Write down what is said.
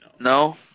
No